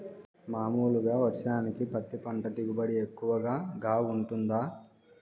మామూలుగా వర్షానికి పత్తి పంట దిగుబడి ఎక్కువగా గా వుంటుందా?